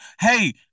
Hey